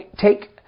take